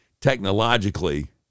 technologically